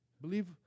Believe